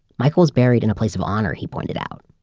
michael was buried in a place of honor, he pointed out.